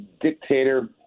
dictator